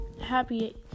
happy